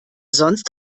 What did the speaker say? sonst